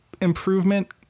improvement